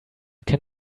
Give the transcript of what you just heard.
can